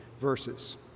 verses